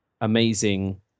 amazing